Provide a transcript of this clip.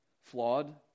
flawed